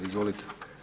Izvolite.